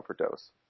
overdose